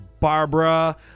barbara